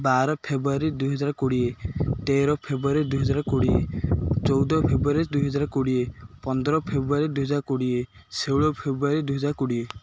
ବାର ଫେବୃଆରୀ ଦୁଇ ହଜାର କୋଡ଼ିଏ ତେର ଫେବୃଆରୀ ଦୁଇ ହଜାର କୋଡ଼ିଏ ଚଉଦ ଫେବୃଆରୀ ଦୁଇ ହଜାର କୋଡ଼ିଏ ପନ୍ଦର ଫେବୃଆରୀ ଦୁଇ ହଜାର କୋଡ଼ିଏ ଷୋହଳ ଫେବୃଆରୀ ଦୁଇ ହଜାର କୋଡ଼ିଏ